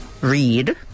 read